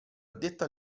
addetto